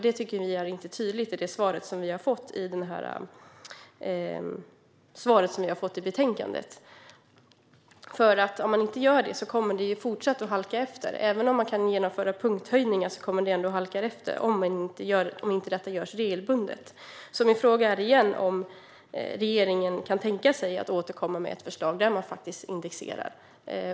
Det tycker vi inte är tydligt i svaret som vi har fått i betänkandet. Om man inte gör det här kommer bidraget att fortsätta att halka efter. Även om man kan genomföra punkthöjningar kommer det att halka efter om detta inte görs regelbundet. Min fråga är igen om regeringen kan tänka sig att återkomma med ett förslag om att faktiskt indexera.